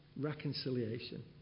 reconciliation